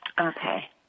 Okay